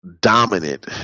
dominant